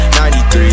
93